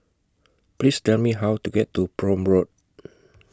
Please Tell Me How to get to Prome Road